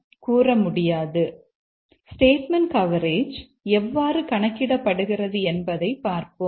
இப்போது statement coverage எவ்வாறு கணக்கிடப்படுகிறது என்பதைப் பார்ப்போம்